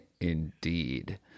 indeed